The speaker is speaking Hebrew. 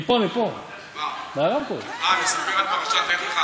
מה, לספר על פרשת לך לך?